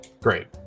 Great